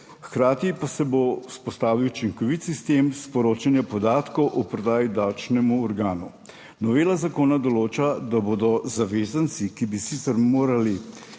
Hkrati pa se bo vzpostavil učinkovit sistem sporočanja podatkov o prodaji davčnemu organu. Novela zakona določa, da bodo zavezanci, ki bi sicer morali